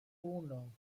uno